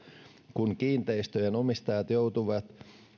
kun kiinteistöjen omistajat joutuvat